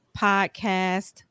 podcast